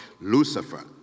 Lucifer